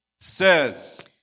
says